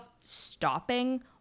stopping